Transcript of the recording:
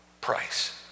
price